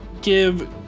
give